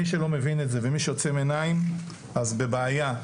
מי שלא מבין את זה ומי שעוצם עיניים אז הוא בבעיה.